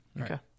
Okay